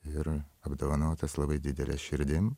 ir apdovanotas labai didele širdim